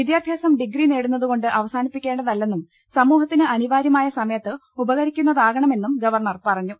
വിദ്യാഭ്യാസം ഡിഗ്രി നേടുന്നത് കൊണ്ട് അവ സാനിപ്പിക്കേണ്ടതല്ലെന്നും സമൂഹത്തിന് അനിവാര്യമായ സമയത്ത് ഉപകരിക്കുന്നതാകണമെന്നും ഗവർണർ പറഞ്ഞു